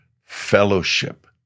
fellowship